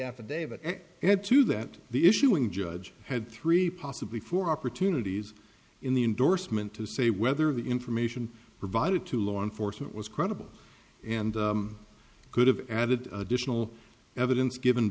affidavit and add to that the issuing judge had three possibly four opportunities in the indorsement to say whether the information provided to law enforcement was credible and could have added additional evidence given